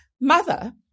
Mother